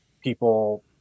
people